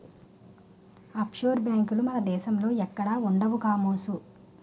offshore బేంకులు మన దేశంలో ఎక్కడా ఉండవు కామోసు